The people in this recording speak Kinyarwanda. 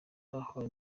bahawe